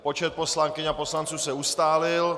Počet poslankyň a poslanců se ustálil.